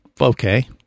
okay